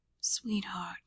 sweetheart